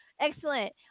excellent